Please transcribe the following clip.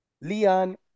Leon